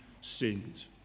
sinned